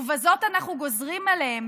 ובזאת אנחנו גוזרים עליהם,